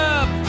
up